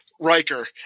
Riker